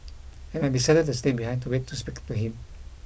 and I decided to stay behind to wait to speak to him